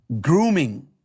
grooming